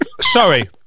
Sorry